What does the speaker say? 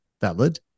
valid